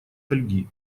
фольги